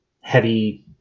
heavy